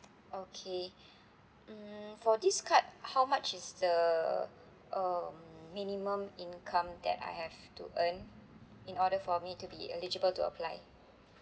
okay mm for this card how much is the um minimum income that I have to earn in order for me to be eligible to apply